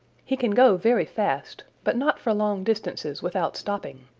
he can go very fast, but not for long distances without stopping.